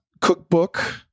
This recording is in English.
cookbook